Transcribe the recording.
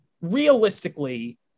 realistically